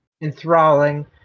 enthralling